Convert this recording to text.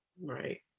Right